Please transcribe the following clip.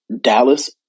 Dallas